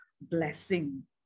blessing